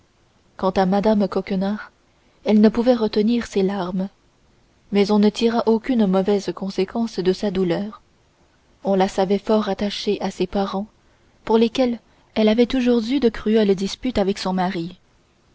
quant à mme coquenard elle ne pouvait retenir ses larmes mais on ne tira aucune mauvaise conséquence de sa douleur on la savait fort attachée à ses parents pour lesquels elle avait toujours eu de cruelles disputes avec son mari